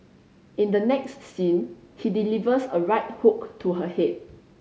in the next scene he delivers a right hook to her head